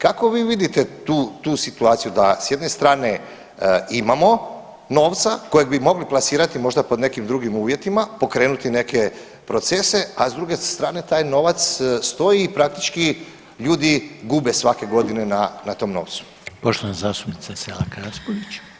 Kako vi vidite tu situaciju da s jedne strane imamo novca kojeg bi mogli plasirati možda pod nekim drugim uvjetima, pokrenuti neke procese, a s druge strane, taj novac stoji i praktički ljudi gube svake godine na tom novcu.